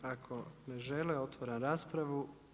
Ako ne žele, otvaram raspravu.